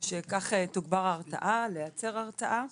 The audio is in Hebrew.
שכך תוגבר ההרתעה, לייצר הרתעה